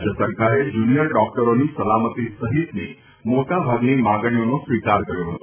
રાજ્ય સરકારે જૂનીયર ડોકટરોની સલામતી સહિતની મોટાભાગની માગણીઓનો સ્વીકાર કર્યો હતો